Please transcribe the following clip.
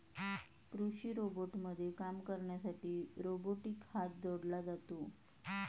कृषी रोबोटमध्ये काम करण्यासाठी रोबोटिक हात जोडला जातो